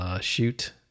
shoot